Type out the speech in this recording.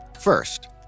First